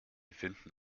finden